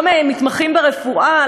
לא למתמחים ברפואה,